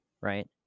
right